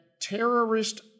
terrorist